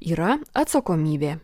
yra atsakomybė